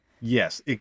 Yes